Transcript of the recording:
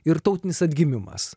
ir tautinis atgimimas